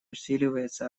усиливается